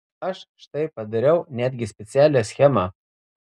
aš štai padariau netgi specialią schemą